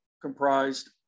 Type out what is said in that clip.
comprised